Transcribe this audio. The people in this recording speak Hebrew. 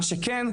מה שכן,